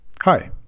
Hi